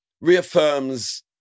reaffirms